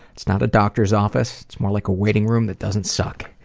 it's not a doctor's office, it's more like a waiting room that doesn't suck.